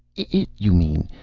it, you mean.